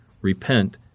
repent